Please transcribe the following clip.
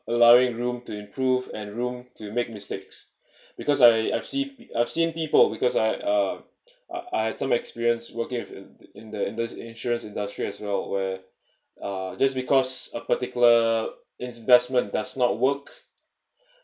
allowing room to improve and room to make mistakes because I I've seen I've seen people because I uh I had some experience working in in the in the insurance industry as well where uh just because a particular investment does not work